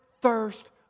thirst